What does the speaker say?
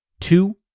two